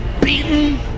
Beaten